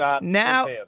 now